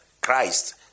Christ